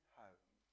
home